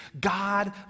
God